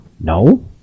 No